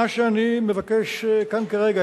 מה שאני מבקש כאן כרגע,